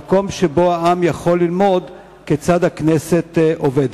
מקום שבו העם יכול ללמוד כיצד הכנסת עובדת.